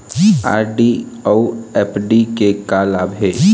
RD अऊ FD के का लाभ हे?